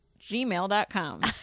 gmail.com